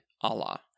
Allah